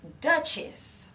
duchess